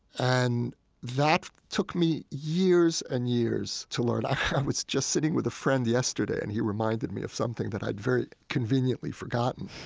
and that took me years and years to learn i was just sitting with a friend yesterday and he reminded me of something that i'd very conveniently forgotten,